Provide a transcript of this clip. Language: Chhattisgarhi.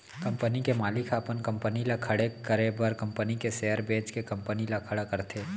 कंपनी के मालिक ह अपन कंपनी ल खड़े करे बर कंपनी के सेयर बेंच के कंपनी ल खड़ा करथे